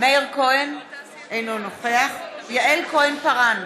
אינו נוכח יעל כהן-פארן,